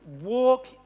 walk